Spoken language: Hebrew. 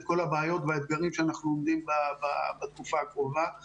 כל הבעיות והאתגרים שאנחנו עומדים בהם בתקופה הקרובה.